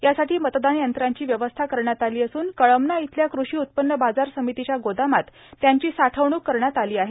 यासाठी मतदान यंत्रांची व्यवस्था करण्यात आली असून कळमना इथल्या कृषी उत्पन्न बाजार समितीच्या गोदामात त्यांची साठवणूक करण्यात आली आहे